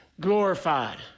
glorified